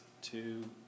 Two